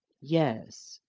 yes.